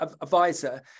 advisor